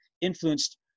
influenced